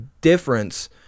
difference